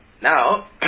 Now